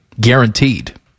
guaranteed